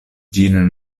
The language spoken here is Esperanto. ĝin